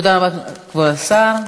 תודה רבה, כבוד השר.